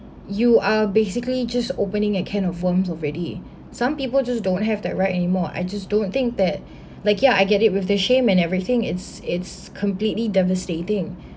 you are basically just opening a can of worms already some people just don't have that right anymore I just don't think that like ya I get it with the shame and everything it's it's completely devastating